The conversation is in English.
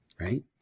right